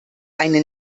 eine